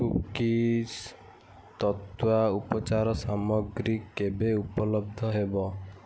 cookies ତତ୍ୱା ଉପଚାର ସାମଗ୍ରୀ କେବେ ଉପଲବ୍ଧ ହେବ